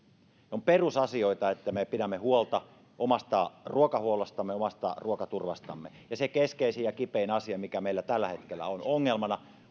on perusasioita että me pidämme huolta omasta ruokahuollostamme omasta ruokaturvastamme ja se keskeisin ja kipein asia mikä meillä tällä hetkellä on ongelmana